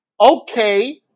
okay